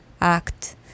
act